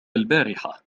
البارحة